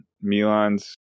Milan's